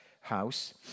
house